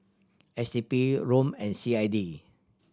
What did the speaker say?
S D P ROM and C I D